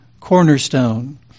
cornerstone